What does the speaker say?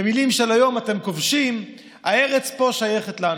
במילים של היום: אתם כובשים, הארץ פה שייכת לנו.